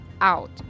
out